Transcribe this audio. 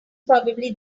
probably